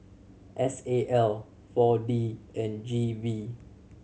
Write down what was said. S A L Four D and G V